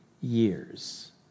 years